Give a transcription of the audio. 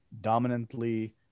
dominantly